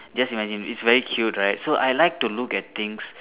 just imagine is very cute right so I like to look at things